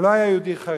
הוא לא היה יהודי חרדי,